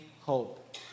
hope